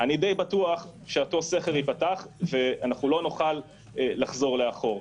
אני בטוח למדי שאותו סכר ייפתח ולא נוכל לחזור לאחור.